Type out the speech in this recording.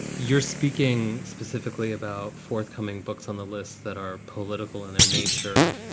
you're speaking specifically about forthcoming books on the list that are political in their nature.